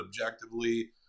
objectively